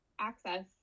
access